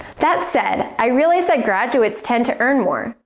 that said, i realize that graduates tend to earn more,